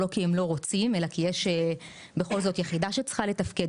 לא כי הם לא רוצים אלא כי יש בכל זאת יחידה שצריכה לתפקד,